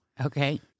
Okay